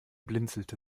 blinzelte